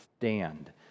stand